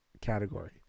category